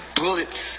bullets